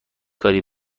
کاری